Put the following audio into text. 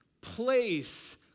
place